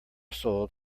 sold